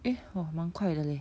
eh !wah! 蛮快的 leh